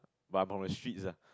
but I'm from the streets ah